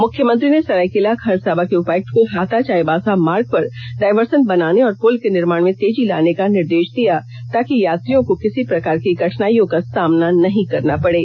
मुख्यमंत्री ने सरायकेला खरसांवा के उपायुक्त को हाता चाईबासा मार्ग पर डायवर्सन बनाने और पुल के निर्माण में तेजी लाने का निर्देष दिया ताकि यात्रियों को किसी प्रकार के कठिनाईयों का सामना नहीं करना पड़े